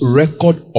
record